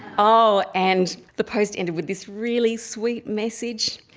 oh, and the post ended with this really sweet message,